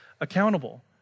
accountable